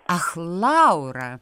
ach laura